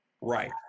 Right